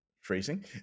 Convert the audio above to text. phrasing